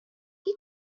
هیچ